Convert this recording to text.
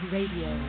Radio